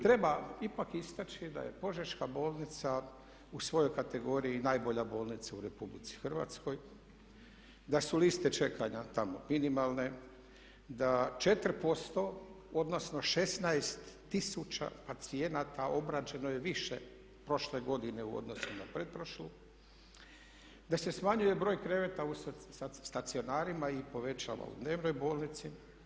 Treba ipak istaći da je Požeška bolnica u svojoj kategoriji najbolja bolnica u Republici Hrvatskoj, da su liste čekanja tamo minimalne, da 4% odnosno 16 tisuća pacijenata obrađeno je više prošle godine u odnosu na pretprošlu, da se smanjuje broj kreveta u stacionarima i povećava u dnevnoj bolnici.